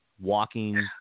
walking